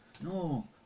No